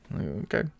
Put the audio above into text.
Okay